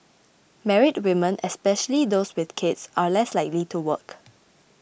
married women especially those with children are less likely to work